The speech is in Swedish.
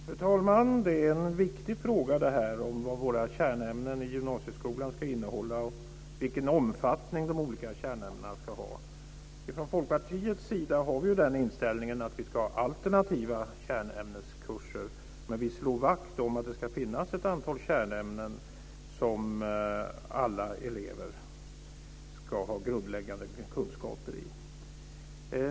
Fru talman! Det är en viktig fråga vad våra kärnämnen i gymnasieskolan ska innehålla och vilken omfattning de olika kärnämnena ska ha. Från Folkpartiets sida har vi inställningen att man ska ha alternativa kärnämneskurser, men vi slår vakt om att det ska finnas ett antal kärnämnen som alla elever ska ha grundläggande kunskaper i.